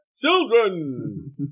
children